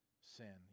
sin